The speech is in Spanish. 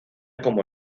como